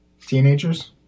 teenagers